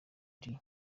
dee